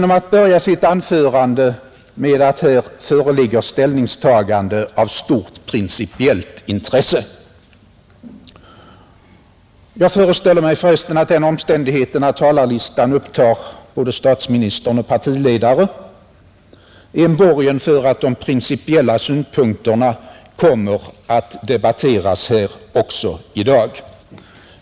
Hon började sitt anförande med att säga att det här föreligger ett ställningstagande av stort principiellt intresse. Jag föreställer mig att den omständigheten att talarlistan upptar både statsministern och andra partiledare är en borgen för att de principiella synpunkterna kommer att debatteras också i dag.